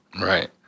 Right